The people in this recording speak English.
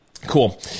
Cool